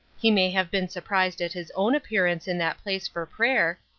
he may have been surprised at his own appearance in that place for prayer,